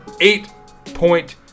eight-point